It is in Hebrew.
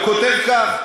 הוא כותב כך: